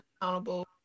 accountable